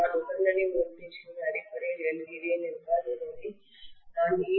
நான் உடனடி வோல்டேஜ்களின் அடிப்படையில் எழுதுகிறேன் என்றால்